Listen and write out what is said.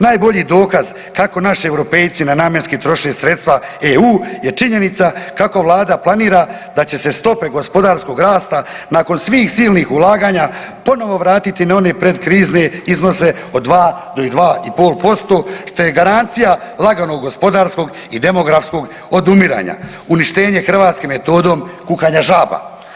Najbolji dokaz kako naši Europejci nenamjenski troše sredstva EU je činjenica kako vlada planira da će se stope gospodarskog rasta nakon svih silnih ulaganja ponovo vratiti na one predkrizne iznose od 2 ili 2,5%, što je garancija laganog gospodarskog i demografskog odumiranja, uništenje Hrvatske metodom kukanja žaba.